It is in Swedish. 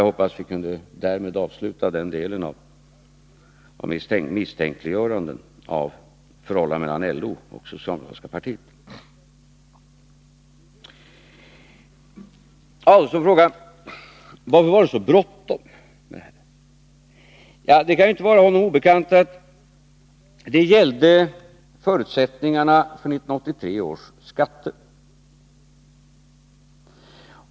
Jag hoppas att misstänkliggörandena av förhållandet mellan LO och socialdemokratiska partiet därmed är avslutade. Ulf Adelsohn frågade varför det var så bråttom. Det kan inte vara honom obekant att detta gällde förutsättningarna för 1983 års skatter.